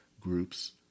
groups